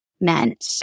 meant